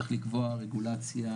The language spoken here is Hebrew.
צריך לקבוע רגולציה,